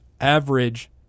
average